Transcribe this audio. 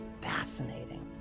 fascinating